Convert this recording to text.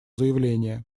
заявление